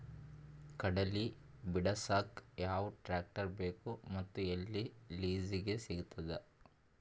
ಕಡಲಿ ಬಿಡಸಕ್ ಯಾವ ಟ್ರ್ಯಾಕ್ಟರ್ ಬೇಕು ಮತ್ತು ಎಲ್ಲಿ ಲಿಜೀಗ ಸಿಗತದ?